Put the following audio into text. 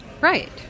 Right